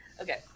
Okay